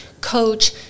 coach